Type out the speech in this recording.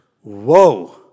Whoa